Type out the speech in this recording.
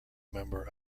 member